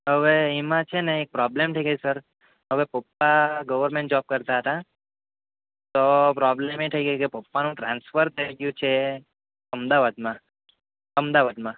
હવે એમાં છે ને એક પ્રોબ્લેમ થઈ ગઈ સર હવે પપ્પા ગવર્મેન્ટ જોબ કરતા હતા તો પ્રોબ્લેમ એ થઈ ગઈ કે પપ્પાનું ટ્રાન્સફર થઈ ગ્યું છે અમદાવાદમાં અમદાવાદમાં